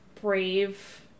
Brave